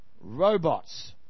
robots